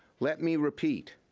let me repeat,